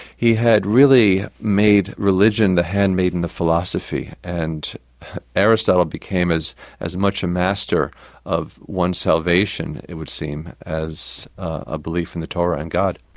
he had really made religion the handmaiden of philosophy. and aristotle became as as much a master of one's salvation, it would seem, as a belief in the torah and god.